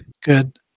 Good